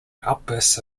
outbursts